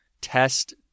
test